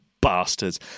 bastards